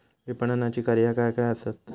विपणनाची कार्या काय काय आसत?